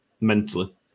mentally